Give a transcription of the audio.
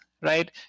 right